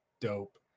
dope